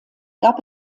gab